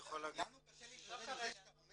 לנו קשה להתמודד עם זה שאתה אומר